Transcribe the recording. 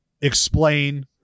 explain